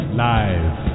live